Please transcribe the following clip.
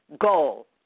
goal